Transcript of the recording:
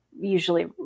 usually